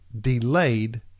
delayed